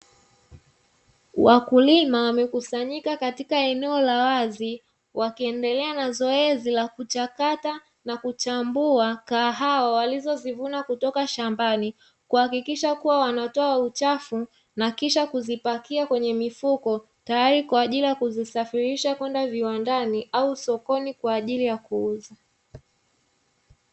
Wakulima wamekusanyika katika eneo la wazi wakiendelea na zoezi la kuchakata na kuchambua kahawa walizozivuna kutoka shambani kuhakikisha kuwa wanatoa uchafu na kisha kuzipakia kwenye mifuko tayari kwa ajili ya kuzisafirisha kwenda viwandani au sokoni kwa ajili ya kuuza.